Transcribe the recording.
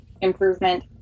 improvement